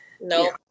No